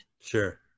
Sure